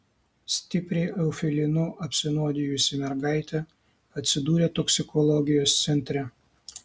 stipriai eufilinu apsinuodijusi mergaitė atsidūrė toksikologijos centre